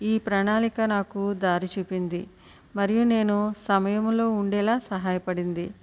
ఈ ప్రణాళిక నాకు దారి చూపింది మరియు నేను సమయములో ఉండేలా సహాయపడింది